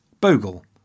bogle